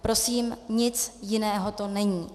Prosím, nic jiného to není.